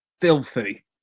filthy